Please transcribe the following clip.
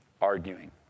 arguing